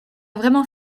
vraiment